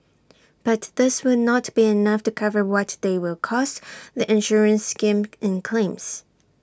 but this will not be enough to cover what they will cost the insurance scheme in claims